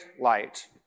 light